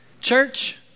church